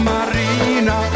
Marina